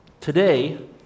Today